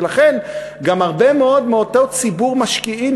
ולכן גם הרבה מאוד מאותו ציבור משקיעים